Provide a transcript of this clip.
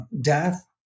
death